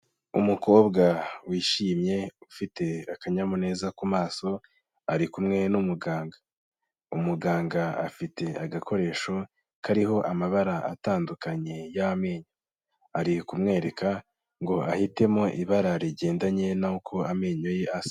Umukobwa wishimye ufite akanyamuneza ku maso, ari kumwe n'umuganga. Umuganga afite agakoresho kariho amabara atandukanye y'amenyo, ari kumwereka ngo ahitemo ibara rigendanye nuko amenyo ye asa.